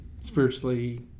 spiritually